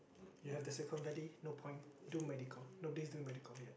you have the Silicon-Valley no point do medical nobody is doing medical yet